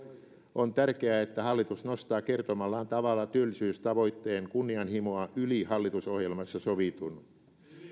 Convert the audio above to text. on tärkeää että hallitus nostaa kertomallaan tavalla työllisyystavoitteen kunnianhimoa yli hallitusohjelmassa sovitun